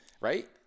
right